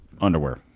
underwear